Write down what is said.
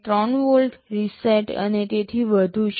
૩ volt reset અને તેથી વધુ છે